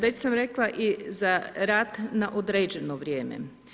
Već sam rekla i za rad na određeno vrijeme.